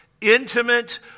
intimate